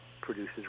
produces